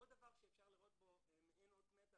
עוד דבר שאפשר לראות בו מעין אות מתה